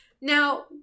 Now